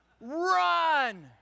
Run